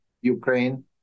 Ukraine